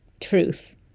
truth